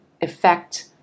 effect